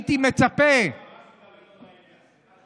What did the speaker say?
זה לא לעניין, סליחה שאני אומר לך.